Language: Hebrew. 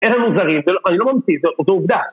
אלה מוזרים, אני לא ממציא, זו עובדה.